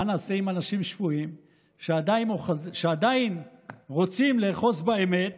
מה נעשה עם אנשים שפויים שעדיין רוצים לאחוז באמת